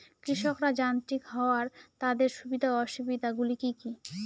কৃষকরা যান্ত্রিক হওয়ার তাদের সুবিধা ও অসুবিধা গুলি কি কি?